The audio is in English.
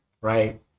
Right